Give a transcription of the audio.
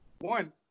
One